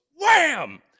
wham